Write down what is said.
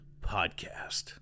Podcast